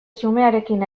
xumearekin